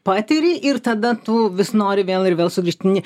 patiri ir tada tu vis nori vėl ir vėl sugrįžt ne